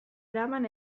eraman